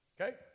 okay